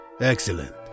Excellent